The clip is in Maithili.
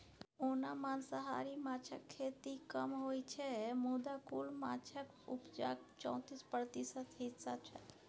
ओना मांसाहारी माछक खेती कम होइ छै मुदा कुल माछक उपजाक चौतीस प्रतिशत हिस्सा छै